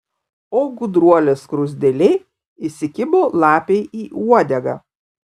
o gudruolė skruzdėlė įsikibo lapei į uodegą